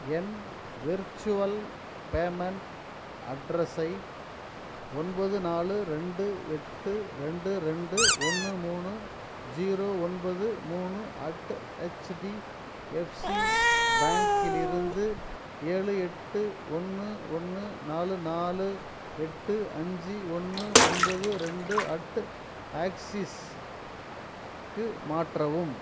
என் virtual payment அட்ரெஸை ஒம்பது நாலு ரெண்டு எட்டு ரெண்டு ரெண்டு ஒன்று மூணு ஜீரோ ஒன்பது மூணு அட் ஹெச்டிஎஃப்சி பேங்கிலிருந்து ஏழு எட்டு ஒன்று ஒன்று நாலு நாலு எட்டு அஞ்சு ஒன்று ஒன்பது ரெண்டு அட் ஆக்ஸிஸ்க்கு மாற்றவும்